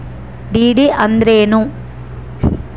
DD ಅಂದ್ರೇನು?